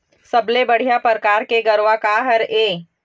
सबले बढ़िया परकार के गरवा का हर ये?